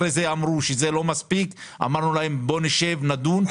אחר כך אמרו שזה לא מספיק ואמרנו להם שנשב ונדון.